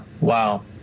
wow